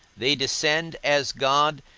they descend, as god,